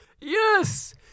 Yes